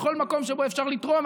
בכל מקום שבו אפשר לתרום.